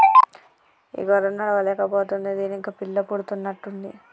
ఈ గొర్రె నడవలేక పోతుంది దీనికి పిల్ల పుడుతున్నట్టు ఉంది